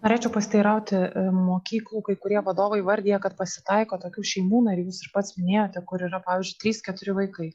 norėčiau pasiteirauti mokyklų kai kurie vadovai vardija kad pasitaiko tokių šeimų nariai jūs ir pats minėjote kur yra pavyzdžiui trys keturi vaikai